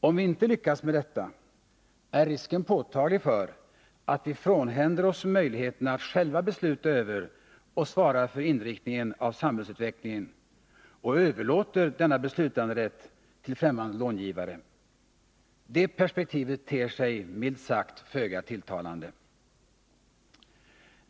Om vi inte lyckas med detta är risken påtaglig för att vi frånhänder oss möjligheterna att själva besluta över och svara för inriktningen av samhällsutvecklingen och överlåter denna beslutanderätt till fftämmande långivare. Det perspektivet ter sig milt sagt föga tilltalande.